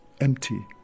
empty